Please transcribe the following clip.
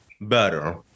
Better